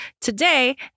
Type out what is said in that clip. today